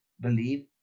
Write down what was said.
believe